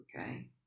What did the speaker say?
Okay